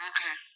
Okay